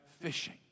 fishing